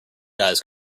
guys